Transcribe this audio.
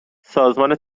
سازمان